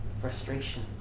frustration